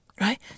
Right